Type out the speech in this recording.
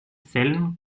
fällen